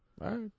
Right